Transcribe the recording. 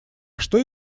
что